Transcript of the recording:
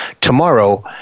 tomorrow